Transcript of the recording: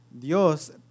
Dios